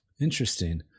Interesting